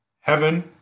Heaven